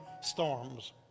storms